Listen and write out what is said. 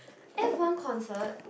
F one concert